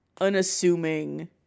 unassuming